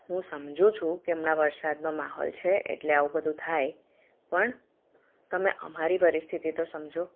હું સમજુ છું કે હમણાં વરસાદનો માહોલ છે એટલે આવું બધું થાય પણ તમે અમારી પરિસ્થિતિ તો સમજો